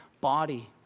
body